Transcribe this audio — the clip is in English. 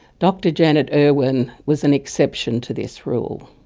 dr janet irwin was an exception to this rule.